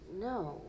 no